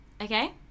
Okay